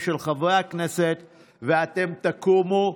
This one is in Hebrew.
שהפסקת חברותה בכנסת נכנסה לתוקפה ביום שלישי,